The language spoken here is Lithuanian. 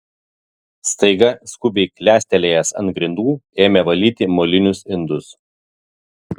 staiga skubiai klestelėjęs ant grindų ėmė valyti molinius indus